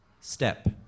step